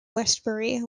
westbury